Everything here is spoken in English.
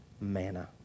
manna